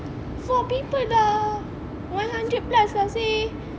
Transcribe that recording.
four people dah one hundred plus lah seh